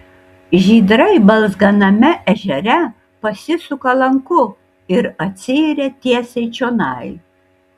žydrai balzganame ežere pasisuka lanku ir atsiiria tiesiai čionai